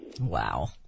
Wow